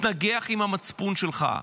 תתנגח עם המצפון שלך,